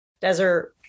desert